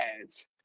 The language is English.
ads